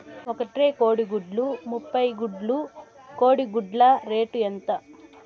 ఒక ట్రే కోడిగుడ్లు ముప్పై గుడ్లు కోడి గుడ్ల రేటు ఎంత?